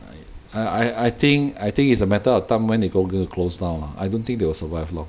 I I I I think I think it's a matter of time when they total closed down lah I don't think they will survive long